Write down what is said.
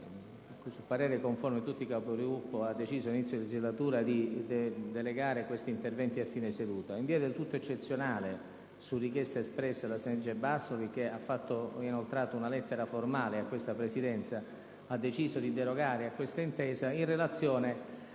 su parere conforme di tutti i Capigruppo, la Presidenza all'inizio della legislatura ha deciso di far svolgere questi interventi a fine seduta. In via del tutto eccezionale, su richiesta espressa della senatrice Bassoli, che mi ha inoltrato una lettera formale, la Presidenza ha voluto derogare a questa intesa in relazione